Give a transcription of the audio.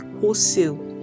Wholesale